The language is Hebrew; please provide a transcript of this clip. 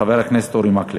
חבר הכנסת אורי מקלב.